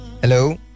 Hello